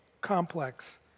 complex